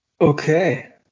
Okay